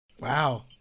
Wow